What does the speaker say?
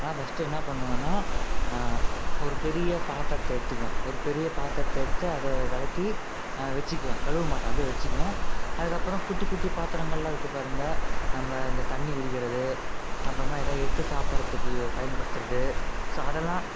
நான் ஃபஸ்ட்டு என்ன பண்ணுவேன்னால் ஒரு பெரிய பாத்திரத்தை எடுத்துக்குவேன் ஒரு பெரிய பாத்திரத்தை எடுத்து அதை விளக்கி வச்சுக்குவேன் கழுவ மாட்டேன் அப்படியே வச்சுக்குவேன் அதுக்கப்புறம் குட்டி குட்டி பாத்திரங்கள்லாம் இருக்குது பாருங்க நம்ம இந்த தண்ணி குடிக்கிறது அப்புறமா ஏதா எடுத்து சாப்பிட்றத்துக்கு பயன்படுத்துவது ஸோ அதெல்லாம்